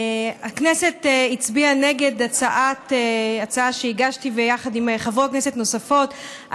הכנסת הצביעה נגד הצעה שהגשתי יחד עם חברות כנסת נוספות,